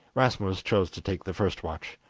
rasmus chose to take the first watch,